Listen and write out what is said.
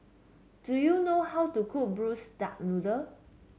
do you know how to cook Braised Duck Noodle